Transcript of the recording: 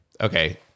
okay